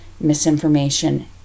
misinformation